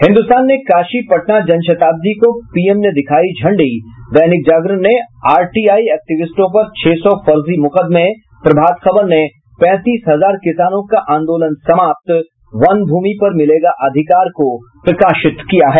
हिन्दुस्तान ने काशी पटना जनशताब्दी को पीएम ने दिखाई झंडी दैनिक जागरण ने आरटीआई एक्टिविस्टों पर छह सौ फर्जी मुकदमें प्रभात खबर ने पैंतीस हजार किसानों का आंदोलन समाप्त वन भूमि पर मिलेगा अधिकार को प्रकाशित किया है